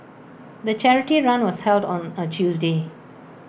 the charity run was held on A Tuesday